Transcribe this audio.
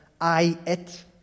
I-it